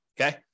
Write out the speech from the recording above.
okay